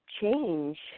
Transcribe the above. change